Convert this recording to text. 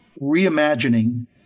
reimagining